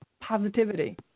positivity